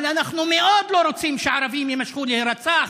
אבל אנחנו מאוד לא רוצים שערבים ימשיכו להירצח,